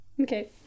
Okay